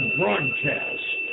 broadcast